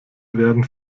werden